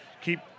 keep